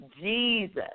Jesus